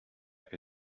que